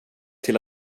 till